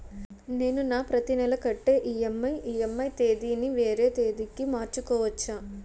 నేను నా ప్రతి నెల కట్టే ఈ.ఎం.ఐ ఈ.ఎం.ఐ తేదీ ని వేరే తేదీ కి మార్చుకోవచ్చా?